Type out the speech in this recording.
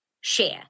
share